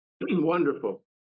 wonderful